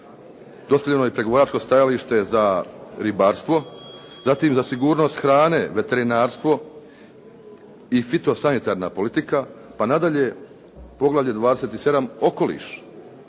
dostavljeno i pregovaračko stajalište za ribarstvo, zatim za sigurnost hrane, veterinarstvo i fito sanitarna politika. Pa nadalje poglavlje 27. "Okoliš".